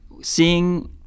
seeing